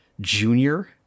Junior